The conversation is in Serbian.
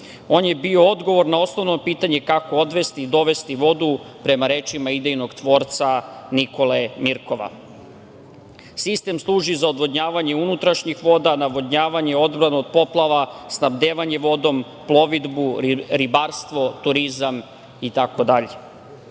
On je bio odgovor na osnovno pitanje kako odvesti i dovesti vodu, prema rečima idejnog tvorca Nikole Mirkova. Sistem služi za odvodnjavanje unutrašnjih voda, navodnjavanje, odbranu od poplava, snabdevanje vodom, plovidbu, ribarstvo, turizam itd.